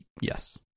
Yes